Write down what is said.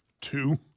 Two